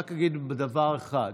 רק אגיד דבר אחד: